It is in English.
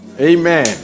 Amen